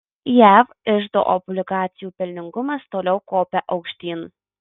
jav iždo obligacijų pelningumas toliau kopia aukštyn